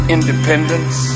Independence